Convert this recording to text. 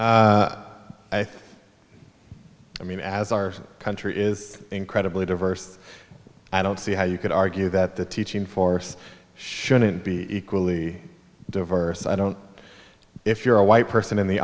think i mean as our country is incredibly diverse i don't see how you could argue that the teaching force shouldn't be equally diverse i don't know if you're a white person in the